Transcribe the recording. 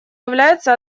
являются